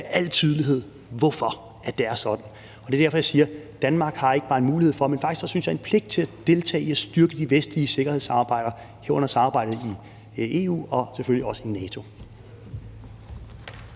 al tydelighed, hvorfor det er sådan. Det er derfor, jeg siger, at Danmark ikke bare har en mulighed for, men faktisk også, synes jeg, en pligt til at deltage i at styrke de vestlige sikkerhedssamarbejder, herunder samarbejdet i EU og selvfølgelig også i NATO.